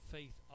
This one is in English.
Faith